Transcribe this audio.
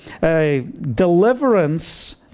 deliverance